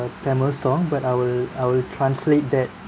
a tamil song but I'll I'll translate that